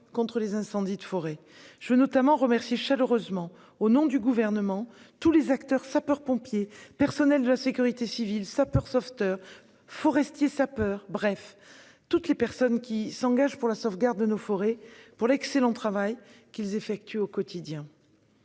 contre les incendies de forêt. Je veux notamment remercier chaleureusement, au nom du Gouvernement, les sapeurs-pompiers, les personnels de la sécurité civile, les sapeurs-sauveteurs, les forestiers sapeurs- en somme, tous les acteurs qui s'engagent pour la sauvegarde de nos forêts -pour l'excellent travail qu'ils effectuent au quotidien.